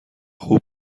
خوب